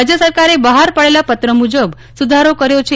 રાજ્ય સરકારે બફાર પાડેલા પત્ર મુજબ સુધારો કર્યો છે